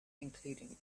including